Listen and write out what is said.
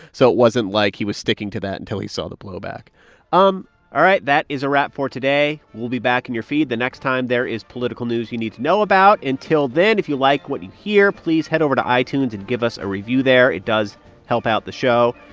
so it wasn't like he was sticking to that until he saw the blowback um all right, that is a wrap for today. we'll be back in your feed the next time there is political news you need to know about. until then, if you like what you hear, please head over to itunes and give us a review there. it does help out the show.